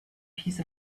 piece